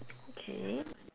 okay